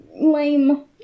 lame